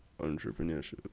entrepreneurship